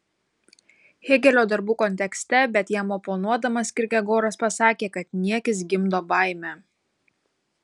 hėgelio darbų kontekste bet jam oponuodamas kirkegoras pasakė kad niekis gimdo baimę